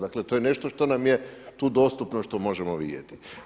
Dakle, to je nešto što nam je tu dostupno, što možemo vidjeti.